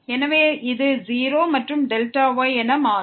எனவே இது 0 மற்றும் Δy என மாறும்